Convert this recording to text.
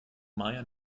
maja